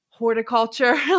Horticulture